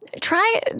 Try